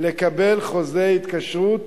לקבל חוזה התקשרות